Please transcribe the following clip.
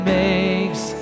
makes